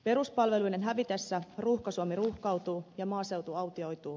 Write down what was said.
peruspalveluiden hävitessä ruuhka suomi ruuhkautuu ja maaseutu autioituu